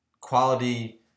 quality